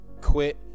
quit